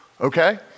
okay